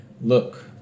Look